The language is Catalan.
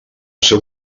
seu